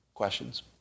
questions